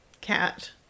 cat